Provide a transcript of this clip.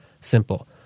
simple